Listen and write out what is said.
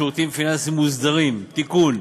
שירותים פיננסיים חוץ-מוסדיים (תיקון)